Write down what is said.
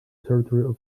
territory